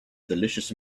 delicious